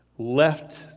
Left